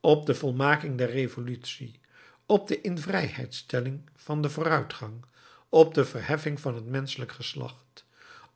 op de volmaking der revolutie op de invrijheidstelling van den vooruitgang op de verheffing van het menschelijk geslacht